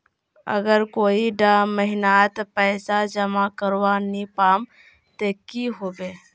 अगर कोई डा महीनात पैसा जमा करवा नी पाम ते की होबे?